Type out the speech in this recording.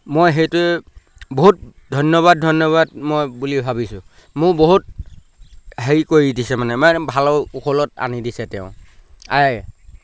মই সেইটোৱে বহুত ধন্যবাদ ধন্যবাদ মই বুলি ভাবিছোঁ মোৰ বহুত হেৰি কৰি দিছে মানে ভালৰ কুশলত আনি দিছে তেওঁ আই